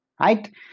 right